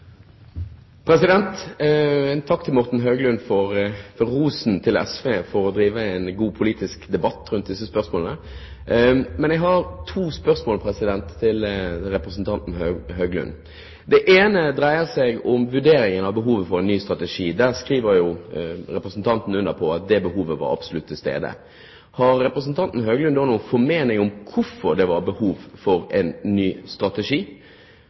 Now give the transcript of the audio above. En takk til Morten Høglund for rosen til SV for å drive en god politisk debatt rundt disse spørsmålene. Jeg har to spørsmål til representanten Høglund. Det ene dreier seg om vurderingen av behovet for en ny strategi. Der skriver representanten under på at det behovet absolutt var til stede. Har representanten Høglund nå noen formening om hvorfor det var behov for en ny strategi?